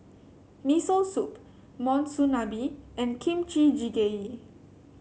Miso Soup Monsunabe and Kimchi Jjigae